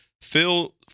Phil